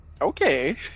Okay